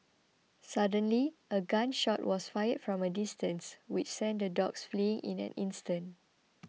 suddenly a gun shot was fired from a distance which sent the dogs fleeing in an instant